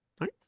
right